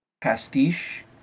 pastiche